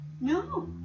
no